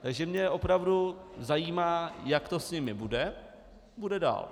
Takže mě opravdu zajímá, jak to s nimi bude a co bude dál.